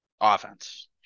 Offense